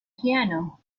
piano